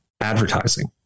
advertising